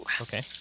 Okay